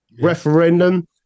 referendum